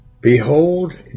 Behold